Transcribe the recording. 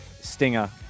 stinger